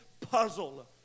puzzle